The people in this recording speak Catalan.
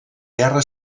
guerra